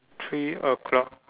three o-clock